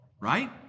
right